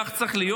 כך צריך להיות.